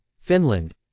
Finland